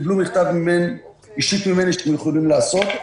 הם קיבלו מכתב אישי ממני שהם יכולים לעשות.